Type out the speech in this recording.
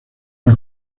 una